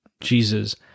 Jesus